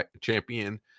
Champion